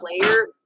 player